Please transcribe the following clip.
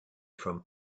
from